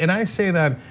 and i say that